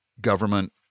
government